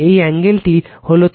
এই অ্যাঙ্গেলটি হলো θ